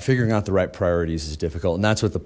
figuring out the right priorities is difficult and that's what the